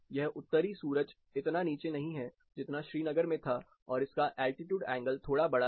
यह उत्तरी सूरज इतना नीचे नहीं है जितना श्रीनगर में था और इसका एल्टीट्यूड एंगल थोड़ा बड़ा है